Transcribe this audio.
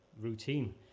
routine